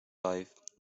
life